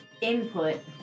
input